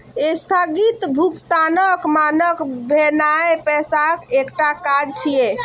स्थगित भुगतानक मानक भेनाय पैसाक एकटा काज छियै